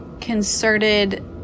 concerted